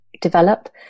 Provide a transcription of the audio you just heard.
develop